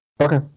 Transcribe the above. Okay